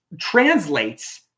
translates